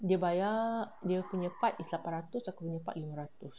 dia bayar dia punya part is lapan ratus aku punya part lima ratus